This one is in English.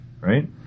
Right